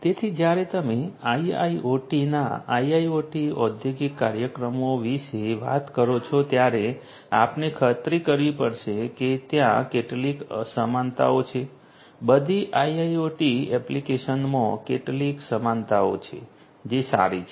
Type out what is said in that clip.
તેથી જ્યારે તમે આઇઓટીના આઇઆઇઓટી ઔદ્યોગિક કાર્યક્રમો વિશે વાત કરો છો ત્યારે આપણે ખાતરી કરવી પડશે કે ત્યાં કેટલીક સમાનતાઓ છે બધી આઈઆઈઓટી એપ્લિકેશનમાં કેટલીક સમાનતાઓ છે જે સારી છે